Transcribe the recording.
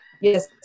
Yes